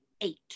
eight